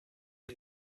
les